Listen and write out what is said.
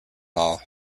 law